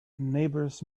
neighbors